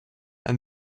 and